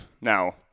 now